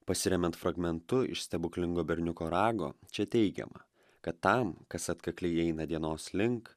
pasiremiant fragmentu iš stebuklingo berniuko rago čia teigiama kad tam kas atkakliai eina dienos link